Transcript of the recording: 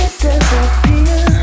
disappear